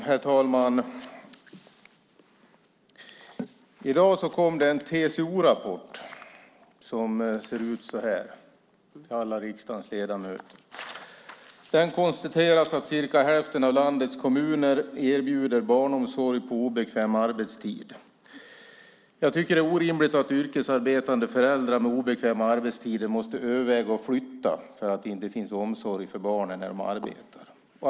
Herr talman! I dag kom det en TCO-rapport till alla riksdagens ledamöter. Där konstateras att cirka hälften av landets kommuner erbjuder barnomsorg på obekväm arbetstid. Det är orimligt att yrkesarbetande föräldrar med obekväm arbetstid måste överväga att flytta för att det inte finns omsorg för barnen när de arbetar.